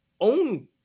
own